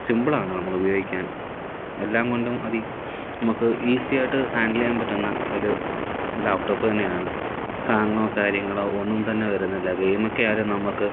simple ആണ് നമ്മൾ ഉപയോഗിക്കാൻ എല്ലാം കൊണ്ടും അതിൽ നമക്ക് ഈസിയായിട്ട് ഹാൻഡിൽ ചെയ്യാൻ പറ്റുന്ന ഒരു ലാപ്ടോപ്പ് തന്നെയാണ് ഹാങോ കാര്യങ്ങളോ ഒന്നും തന്നെ വരുന്നില്ല ഗെയിം ഒക്കെയായാലും നമുക്ക്